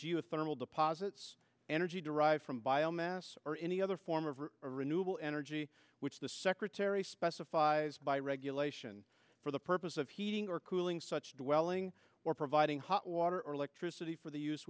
geothermal deposits energy derived from biomass or any other form of renewable energy which the secretary specifies by regulation for the purpose of heating or cooling such dwelling or providing hot water or electricity for the use